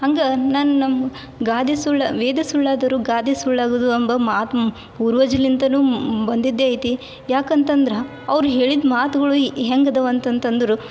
ಹಂಗೆ ನನ್ ನಮ್ಮ ಗಾದೆ ಸುಳ್ ವೇದ ಸುಳ್ಳಾದರೂ ಗಾದೆ ಸುಳ್ಳಾಗದು ಎಂಬ ಮಾತು ಪೂರ್ವಜರ್ಲಿಂದನು ಮ್ ಬಂದಿದ್ದೇ ಐತಿ ಯಾಕಂತಂದ್ರೆ ಅವ್ರು ಹೇಳಿದ ಮಾತುಗಳು ಹೆಂಗೆ ಅದವೆ ಅಂತಂತಂದ್ರೆ